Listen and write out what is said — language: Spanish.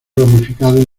ramificado